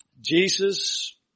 Jesus